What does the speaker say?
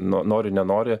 no nori nenori